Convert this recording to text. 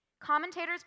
Commentators